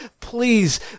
please